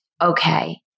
okay